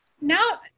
Now